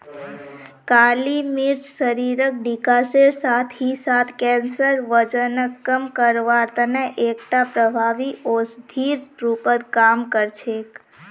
काली मिर्च शरीरक डिटॉक्सेर साथ ही साथ कैंसर, वजनक कम करवार तने एकटा प्रभावी औषधिर रूपत काम कर छेक